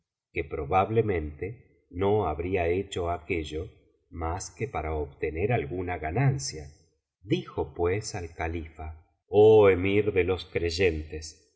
que probablemente no habría hecho aquello mas que para obtener alguna ganancia dijo pues al califa oh emir de los creyentes